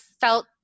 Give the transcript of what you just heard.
felt